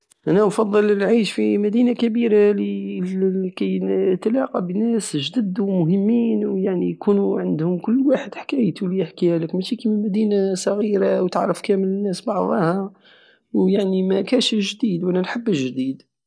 انا افضل العيش في مدينة كبيرة لكي اتلاقى بناس جدد ومهميم يعني ويكون عندو كل واحد حكايتو لي يحكيهالك ماشي كيما مدينة صغير وتعرف كامل الناس بعضاها ويعني مكاش الجديد وانا نحب الجديد